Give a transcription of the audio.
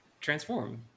transform